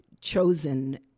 chosen